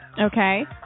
Okay